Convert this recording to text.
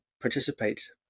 participate